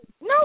No